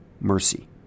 mercy